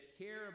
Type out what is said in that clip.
care